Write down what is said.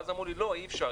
אבל אמרו לי שאי אפשר,